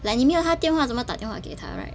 like 你没有她电话怎么打电话给她 right